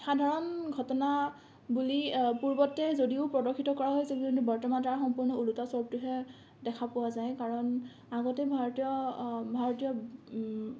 সাধাৰণ ঘটনা বুলি পূৰ্বতে যদিও প্ৰদৰ্শিত কৰা হৈছিল কিন্তু বৰ্তমান তাৰ সম্পূৰ্ণ ওলোটা স্বৰূপটোহে দেখা পোৱা যায় কাৰণ আগতে ভাৰতীয় ভাৰতীয়